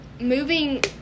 moving